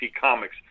Comics